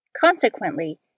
Consequently